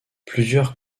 plusieurs